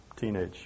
teenage